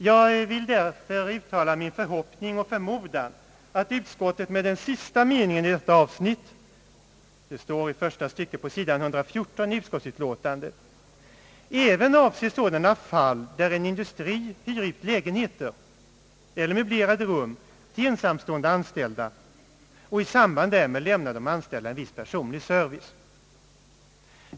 Jag vill uttala min förhoppning och min förmodan att utskottet med den sista meningen i detta avsnitt — det står i första stycket på sidan 114 i utlåtandet — även avser sådana fall där en industri hyr ut lägenheter eller möblerade rum till Ang. hyreslagstiftningen ensamstående anställda och i samband därmed lämnar de anställda en viss personlig service.